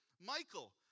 Michael